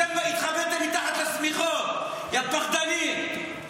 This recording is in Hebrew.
אתם התחבאתם מתחת לשמיכות, יא פחדנים.